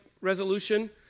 resolution